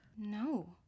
No